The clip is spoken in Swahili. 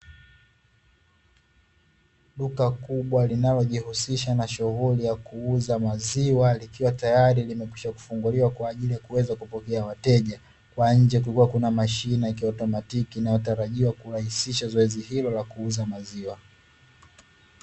Duka kubwa linalojihusisha na shughuli ya kuuza maziwa likiwa tayari limekwisha kufunguliwa kwa ajili kuweza kupokea wateja. Kwa nje kukiwa kuna mashine ya kiautomatiki inayotarajiwa kurahisisha zoezi hilo la kuuza maziwa.